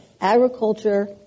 agriculture